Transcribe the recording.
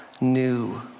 new